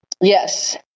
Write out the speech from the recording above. Yes